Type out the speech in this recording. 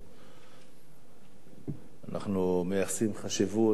אנחנו מייחסים חשיבות לכל דבר